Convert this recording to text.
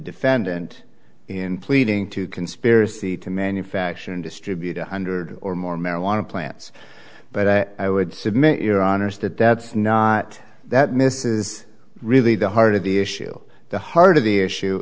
defendant in pleading to conspiracy to manufacture and distribute one hundred or more marijuana plants but i would submit your honour's that that's not that miss is really the heart of the issue the heart of the issue